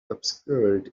obscured